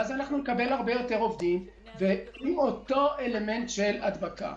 כך נקבל הרבה יותר עובדים על אותו סיכון של הדבקה.